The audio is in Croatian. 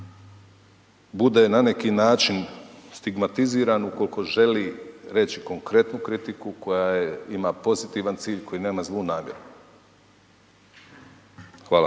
bude na neki način stigmatiziran ukoliko želi reći konkretnu kritiku koja ima pozitivan cilj, koja nema zlu namjeru. Hvala.